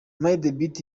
madebeat